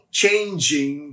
changing